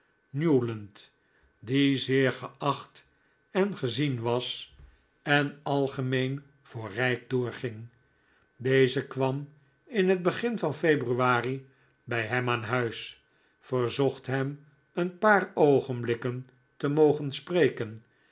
die zeer geacht en gezien was en algemeen voor rijk doorging deze kwam m het begin van februari bij hem aan huis verzocht hem een paar oogenblikken te mogen spreken